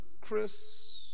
Chris